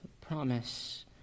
promise